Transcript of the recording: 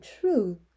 truth